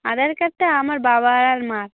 আধার কার্ডটা আমার বাবা আর মার